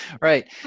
right